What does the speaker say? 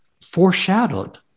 foreshadowed